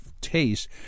taste